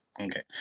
Okay